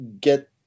get